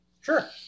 Sure